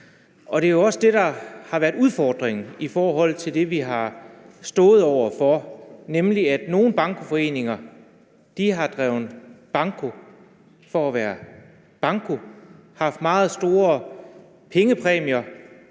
og det er jo også det, der har været udfordringen i forhold til det, vi har stået over for, nemlig at nogle bankoforeninger har drevet banko for at spille banko. De har haft meget store pengepræmier